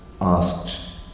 asked